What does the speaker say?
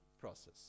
process